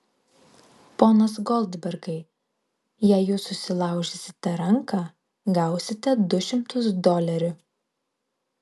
ponas goldbergai jei jūs susilaužysite ranką gausite du šimtus dolerių